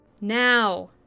Now